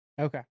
Okay